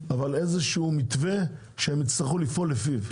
איזה שהוא מתווה שהם יצטרכו לפעול לפיו?